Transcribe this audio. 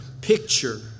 picture